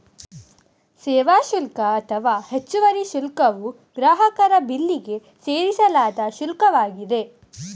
ಸೇವಾ ಶುಲ್ಕ ಅಥವಾ ಹೆಚ್ಚುವರಿ ಶುಲ್ಕವು ಗ್ರಾಹಕರ ಬಿಲ್ಲಿಗೆ ಸೇರಿಸಲಾದ ಶುಲ್ಕವಾಗಿದೆ